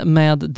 med